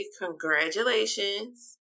congratulations